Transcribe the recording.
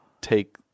take